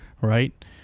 right